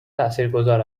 تاثیرگذار